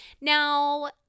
Now